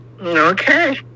okay